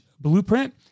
Blueprint